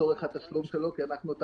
לצורך התשלום שלו, כי אנחנו את